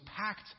packed